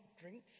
drink